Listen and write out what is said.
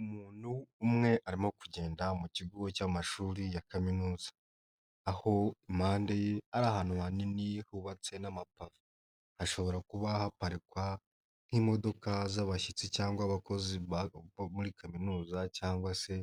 Umuntu umwe arimo kugenda mu kigo cy'amashuri ya kaminuza. Aho impande e ari ahantu hanini hubatse n'amapave. Hashobora kuba haparikwa nk'imodoka z'abashyitsi cyangwa abakozi muri kaminuza cyangwa se